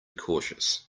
cautious